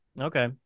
Okay